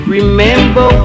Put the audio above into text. Remember